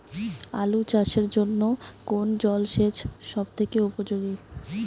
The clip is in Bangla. আলু চাষের জন্য কোন জল সেচ সব থেকে উপযোগী?